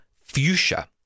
Fuchsia